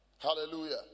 Hallelujah